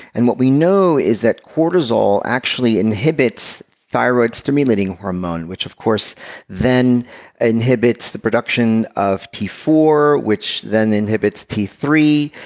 and what we know is that cortisol actually inhibits thyroid-stimulating hormone, which of course then inhibits the production of t four, which then inhibits t three.